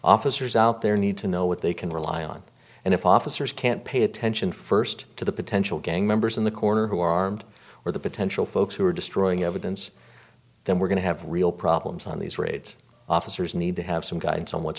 officers out there need to know what they can rely on and if officers can't pay attention first to the potential gang members in the corner who are armed or the potential folks who are destroying evidence then we're going to have real problems on these raids officers need to have some guidance on what's